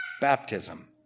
baptism